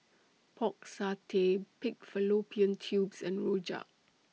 Pork Satay Pig Fallopian Tubes and Rojak